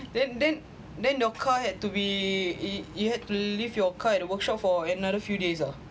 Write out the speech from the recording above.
then then then your car had to be you had to leave your car at a workshop for another few days ah